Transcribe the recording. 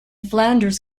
flanders